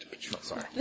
Sorry